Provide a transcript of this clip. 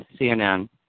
CNN